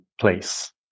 Place